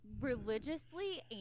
religiously